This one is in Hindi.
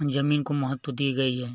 जमीन को महत्त्व दी गई है